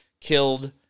killed